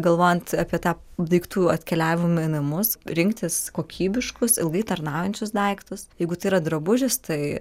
galvojant apie tą daiktų atkeliavimą į namus rinktis kokybiškus ilgai tarnaujančius daiktus jeigu tai yra drabužis tai